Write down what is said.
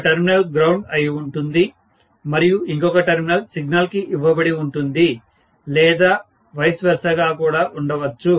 ఒక terminal ground అయి ఉంటుంది మరియు ఇంకొక టెర్మినల్ సిగ్నల్ కి ఇవ్వబడి ఉంటుంది లేదా వైస్ వెర్సా గా కూడా ఉండొచ్చు